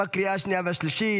לקריאה השנייה והשלישית.